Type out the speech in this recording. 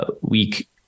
week